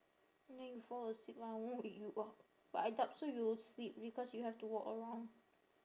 then you fall asleep lah I won't wake you up but I doubt so you'll sleep because you have to walk around